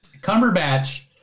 Cumberbatch